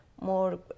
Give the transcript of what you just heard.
more